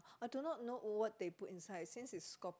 I do not know what they put inside since it's kop~